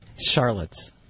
Charlotte's